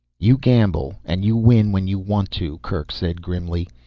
you gamble and you win when you want to, kerk said grimly.